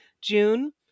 June